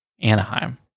Anaheim